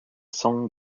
song